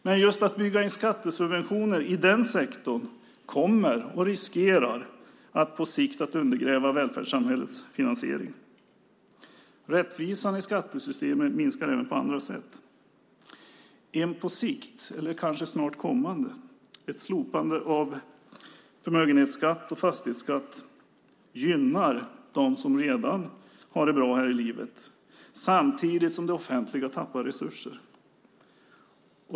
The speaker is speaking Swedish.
Men att bygga in skattesubventioner i den sektorn riskerar att på sikt undergräva välfärdssamhällets finansiering. Rättvisan i skattesystemet minskar även på andra sätt. En på sikt eller kanske snart kommande orättvisa: Ett slopande av förmögenhetsskatt och fastighetsskatt gynnar dem som redan har det bra här i livet, samtidigt som det offentliga tappar resurser.